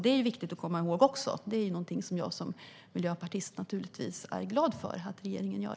Det är viktigt att komma ihåg, och det är naturligtvis någonting som jag som miljöpartist är glad över att regeringen gör.